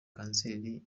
kanseri